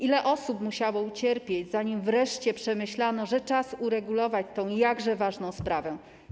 Ile osób musiało ucierpieć, zanim wreszcie pomyślano, że czas uregulować tę jakże ważną sprawę?